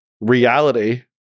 reality